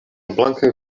blankaj